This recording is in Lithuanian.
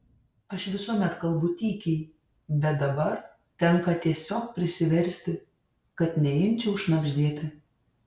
aš visuomet kalbu tykiai bet dabar tenka tiesiog prisiversti kad neimčiau šnabždėti